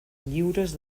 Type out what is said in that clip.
lliures